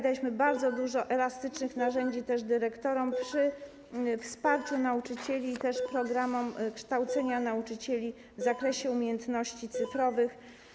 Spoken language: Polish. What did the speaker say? Daliśmy bardzo dużo elastycznych narzędzi dyrektorom przy wsparciu nauczycieli, jeżeli chodzi o programy kształcenia nauczycieli w zakresie umiejętności cyfrowych.